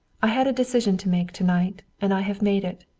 i had a decision to make to-night, and i have made it.